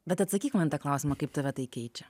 bet atsakyk man į tą klausimą kaip tave tai keičia